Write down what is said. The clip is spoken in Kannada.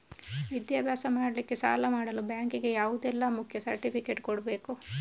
ವಿದ್ಯಾಭ್ಯಾಸ ಮಾಡ್ಲಿಕ್ಕೆ ಸಾಲ ಮಾಡಲು ಬ್ಯಾಂಕ್ ಗೆ ಯಾವುದೆಲ್ಲ ಮುಖ್ಯ ಸರ್ಟಿಫಿಕೇಟ್ ಕೊಡ್ಬೇಕು?